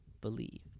believe